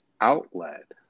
outlet